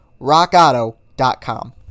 rockauto.com